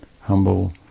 Humble